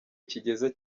kigeze